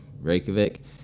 Reykjavik